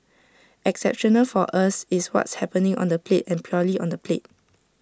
exceptional for us is what's happening on the plate and purely on the plate